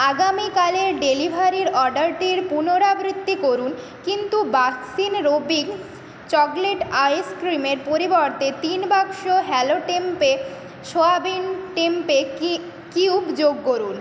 আগামীকালের ডেলিভারির অর্ডারটির পুনরাবৃত্তি করুন কিন্তু বাস্কিন রবিনস চকলেট আইসক্রিমের পরিবর্তে তিন বাক্স hello tempeh soybean tempeh cube যোগ করুন